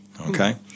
Okay